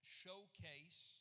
showcase